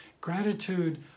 gratitude